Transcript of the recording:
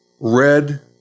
red